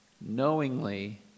knowingly